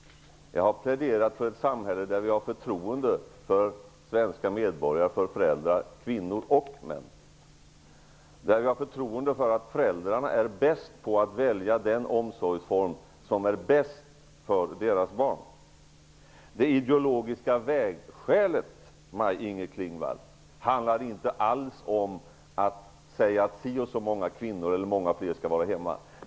Jag har pläderat för ett samhälle där vi har förtroende för svenska medborgare, för föräldrar, kvinnor och män, där vi har förtroende för att föräldrarna är bäst på att välja den omsorgsform som är bäst för deras barn. Det ideologiska vägskälet, Maj-Inger Klingvall, handlar inte alls om att si eller så många fler kvinnor skall vara hemma.